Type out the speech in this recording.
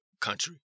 country